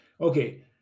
Okay